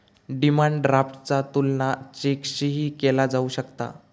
demand ड्राफ्टचा तुलना चेकशीही केला जाऊ शकता